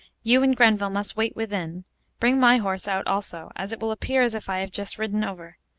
you and grenville must wait within bring my horse out also, as it will appear as if i had just ridden over.